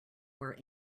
where